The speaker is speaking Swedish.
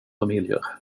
familjer